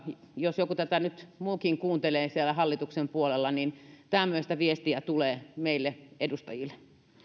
jos joku muukin nyt tätä kuuntelee siellä hallituksen puolella niin tämmöistä viestiä tulee meille edustajille otetaan